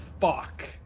fuck